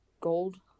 gold